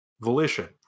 volition